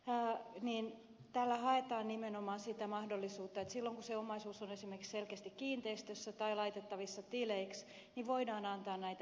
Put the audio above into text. ja niin tällä haetaan nimenomaan sitä mahdollisuutta että silloin kun se omaisuus on esimerkiksi selkeästi kiinteistössä tai laitettavissa tileiksi niin voidaan antaa näitä helpotuksia